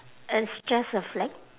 it's just a flag